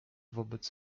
wobec